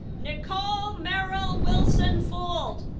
nicole merrill wilson gould